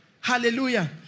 Hallelujah